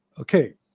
Okay